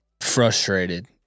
frustrated